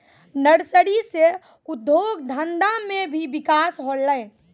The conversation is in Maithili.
नर्सरी से उद्योग धंधा मे भी बिकास होलै